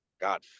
God